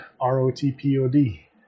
R-O-T-P-O-D